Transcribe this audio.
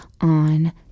on